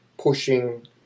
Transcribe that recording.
pushing